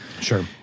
Sure